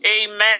Amen